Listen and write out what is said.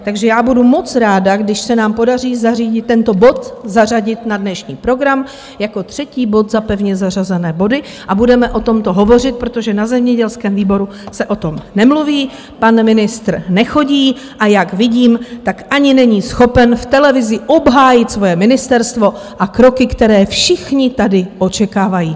Takže já budu moc ráda, když se nám podaří zařadit tento bod na dnešní program jako třetí bod za pevně zařazené body a budeme o tomto hovořit, protože na zemědělském výboru se o tom nemluví, pan ministr nechodí a jak vidím, tak ani není schopen v televizi obhájit svoje ministerstvo a kroky, které všichni tady očekávají.